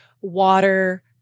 water